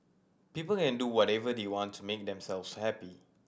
people can do whatever they want to make themselves happy